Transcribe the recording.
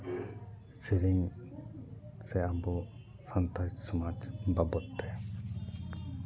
ᱥᱮᱹᱨᱮᱹᱧ ᱥᱮ ᱟᱵᱚ ᱥᱟᱱᱛᱟᱲ ᱥᱚᱢᱟᱡᱽ ᱵᱟᱵᱚᱫᱽ ᱛᱮ